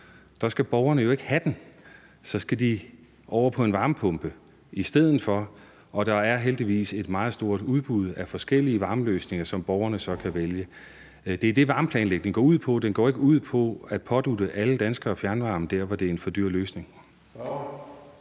dyr, skal borgerne jo ikke have den. Så skal de over på en varmepumpe i stedet for, og der er heldigvis et meget stort udbud af forskellige varmeløsninger, som borgerne så kan vælge. Det er det, varmeplanlægning går ud på; den går ikke ud på at pådutte alle danskere fjernvarme der, hvor det er en for dyr løsning.